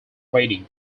rating